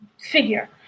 figure